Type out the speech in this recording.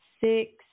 Six